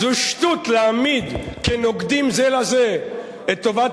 זו שטות להעמיד כנוגדות זו לזו את טובת